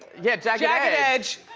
yeah, jagged edge.